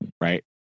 right